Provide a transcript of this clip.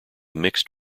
mixed